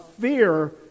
fear